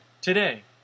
today